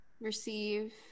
receive